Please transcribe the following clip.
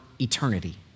eternity